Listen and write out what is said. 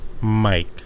Mike